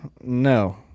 no